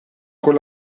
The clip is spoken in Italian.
con